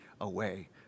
away